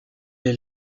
est